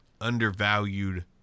undervalued